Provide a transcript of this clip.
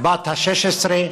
בת ה-16,